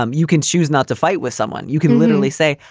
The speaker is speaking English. um you can choose not to fight with someone. you can literally say,